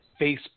Facebook